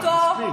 מספיק.